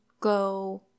go